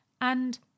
And-